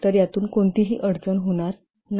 तर यातून कोणतीही अडचण होणार नाही